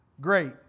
great